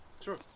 Sure